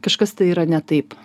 kažkas tai yra ne taip